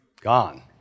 gone